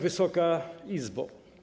Wysoka Izbo!